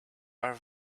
are